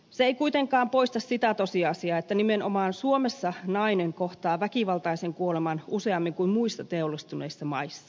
se ei kuitenkaan poista sitä tosiasiaa että nimenomaan suomessa nainen kohtaa väkivaltaisen kuoleman useammin kuin muissa teollistuneissa maissa